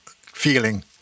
feeling